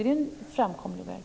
Är det en framkomlig väg?